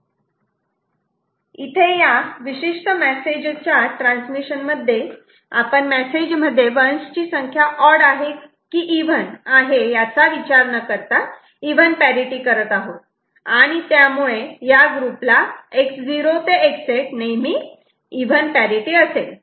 इथे या विशिष्ट मेसेज च्या ट्रान्समिशन मध्ये आपण मेसेज मध्ये 1's ची संख्या ऑड आहे की इव्हन आहे याचा विचार न करता इव्हन पॅरिटि करत आहोत आणि त्यामुळे या ग्रुपला X0 ते X8 नेहमी इव्हन पॅरिटि असेल